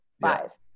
five